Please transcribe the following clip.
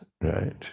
right